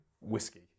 whiskey